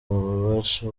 ububasha